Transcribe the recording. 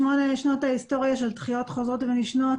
שמונה שנות ההיסטוריה של דחיות חוזרות ונשנות